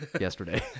yesterday